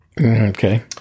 Okay